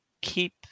keep